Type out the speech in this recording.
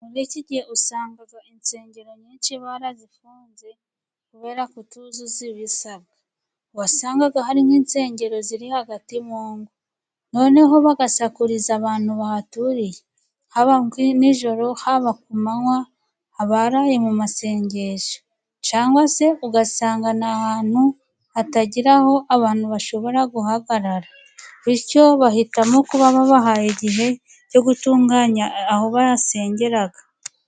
Muri iki gihe usanga insengero nyinshi barazifunze kubera kutuzuza ibisabwa, wasangaga hari nk'insengero ziri hagati mu ngo, noneho bagasakuriza abantu bahaturiye haba nijoro haba ku manywa abaraye mu masengesho, cyangwa se ugasanga nta hantu hatagira aho abantu bashobora guhagarara, bityo bahitamo kuba bahaye igihe cyo gutunganya aho basengeraga.